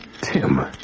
Tim